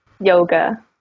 Yoga